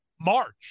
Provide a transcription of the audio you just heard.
March